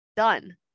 Done